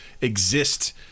exist